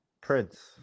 Prince